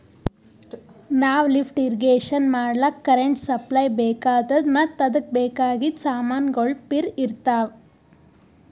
ನಾವ್ lift irrigation ಮಾಡ್ಲಕ್ಕ್ current supply ಬೆಕಾತದ್ ಮತ್ತ್ ಅದಕ್ಕ್ ಬೇಕಾಗಿದ್ ಸಮಾನ್ಗೊಳ್ನು ಪಿರೆ ಇರ್ತವ್